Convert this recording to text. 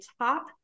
top